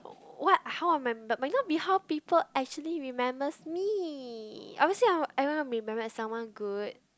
what how I remember may not be how people actually remembers me obviously I want to be remembered as someone good